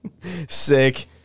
Sick